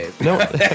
No